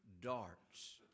darts